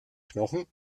knochen